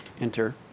enter